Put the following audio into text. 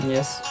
Yes